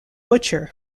butcher